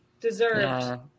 deserved